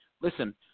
listen